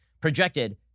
projected